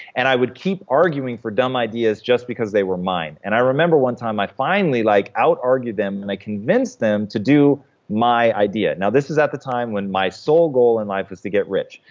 and i would keep arguing for dumb ideas just because they were mine and i remember one time i finally like out-argued them, and i convinced them to do my idea. now, this was at the time when my sole goal in life was to get rich.